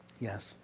Yes